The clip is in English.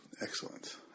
Excellent